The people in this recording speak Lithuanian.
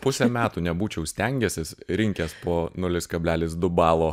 pusę metų nebūčiau stengęsis rinkęs po nulis kablelis du balo